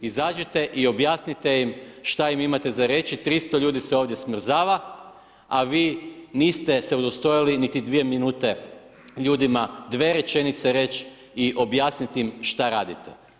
Izađite i objasnite im šta im imate za reći, 300 ljudi se ovdje smrzava, a vi se niste udostojali niti dvije minute ljudima dve rečenice reći i objasniti im šta radite.